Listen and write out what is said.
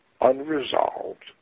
unresolved